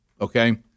okay